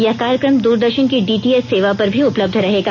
यह कार्यक्रम दूरदर्शन की डी टी एच सेवा पर भी उपलब्ध रहेगा